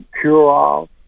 cure-all